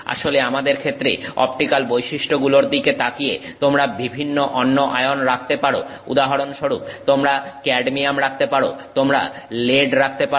আসলে আমাদের ক্ষেত্রে অপটিক্যাল বৈশিষ্ট্যগুলোর দিকে তাকিয়ে তোমরা বিভিন্ন অন্য আয়ন রাখতে রাখতে পারো উদাহরণস্বরূপ তোমরা ক্যাডমিয়াম রাখতে পারো তোমরা লেড রাখতে পারো